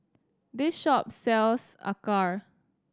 this shop sells Acar